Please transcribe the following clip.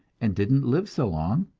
and didn't live so long,